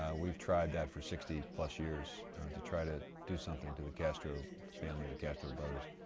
we've tried that for sixty plus years to try to do something to the castro family, the castro brothers,